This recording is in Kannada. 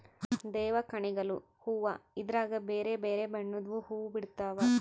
ದೇವಗಣಿಗಲು ಹೂವ್ವ ಇದ್ರಗ ಬೆರೆ ಬೆರೆ ಬಣ್ಣದ್ವು ಹುವ್ವ ಬಿಡ್ತವಾ